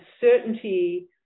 certainty